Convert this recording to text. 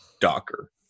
Docker